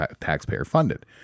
taxpayer-funded